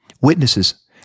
Witnesses